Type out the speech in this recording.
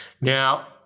now